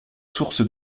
source